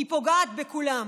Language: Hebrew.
היא פוגעת בכולם.